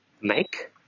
make